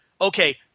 okay